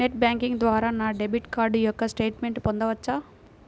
Net banking ద్వారా నా debit card యొక్క స్టేట్మెంట్ పొందవచ్చా?